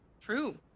True